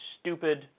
stupid